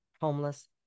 homeless